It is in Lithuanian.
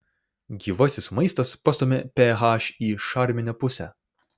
gyvasis maistas pastumia ph į šarminę pusę